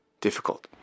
difficult